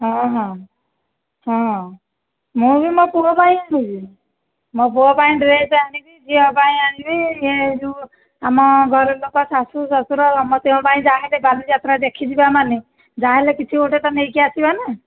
ହଁ ହଁ ହଁ ମୁଁ ବି ମୋ ପୁଅ ପାଇଁ ଆଣିବି ଯେ ମୋ ପୁଅ ପାଇଁ ଡ୍ରେସ୍ ଆଣିବି ଝିଅ ପାଇଁ ଆଣିବି ଇୟେ ଯେଉଁ ଆମ ଘର ଲୋକ ଶାଶୁ ଶ୍ବଶୂର ସମସ୍ତଙ୍କ ପାଇଁ ଯାହାହେଲେ ବାଲିଯାତ୍ରା ଦେଖିଯିବା ମାନେ ଯାହା ହେଲେ କିଛି ଗୋଟିଏ ତ ନେଇକି ଆସିବା ନା